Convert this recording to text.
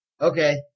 Okay